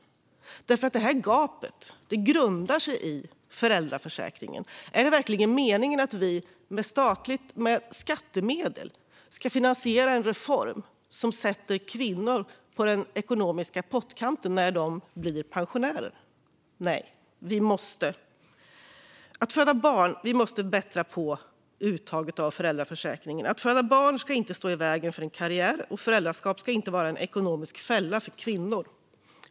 Det gapet grundar sig nämligen i föräldraförsäkringen. Är det verkligen meningen att vi med skattemedel ska finansiera en reform som sätter kvinnor på den ekonomiska pottkanten när de blir pensionärer? Nej. Vi måste bättra på uttaget av föräldraförsäkringen. Att föda barn ska inte stå i vägen för en karriär, och föräldraskap ska inte vara en ekonomisk fälla för kvinnor.